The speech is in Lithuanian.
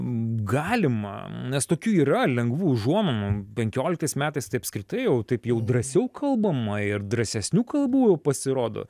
galima nes tokių yra lengvų užuomenų penkioliktais metais tai apskritai jau taip jau drąsiau kalbama ir drąsesnių kalbų jau pasirodo